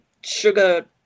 sugar